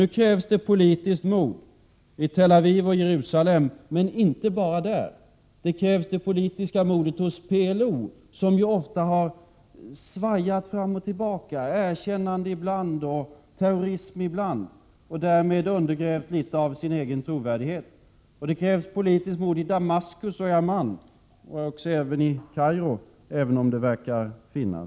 Nu krävs det politiskt mod i Tel Aviv och Jerusalem men inte bara där. Det krävs det politiska modet hos PLO, som ofta har svajat fram och tillbaka — erkännanden ibland och terrorism ibland — och därmed undergrävt litet av sin egen trovärdighet. Det krävs också politiskt mod i Damaskus och Amman och även i Kairo, där det verkar finnas.